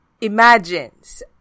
imagines